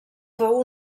fou